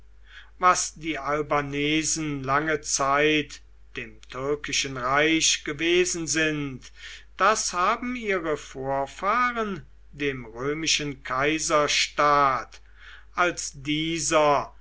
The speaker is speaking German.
was die albanesen lange zeit dem türkischen reich gewesen sind das haben ihre vorfahren dem römischen kaiserstaat als dieser